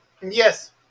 Yes